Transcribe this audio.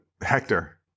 Hector